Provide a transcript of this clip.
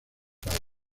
padre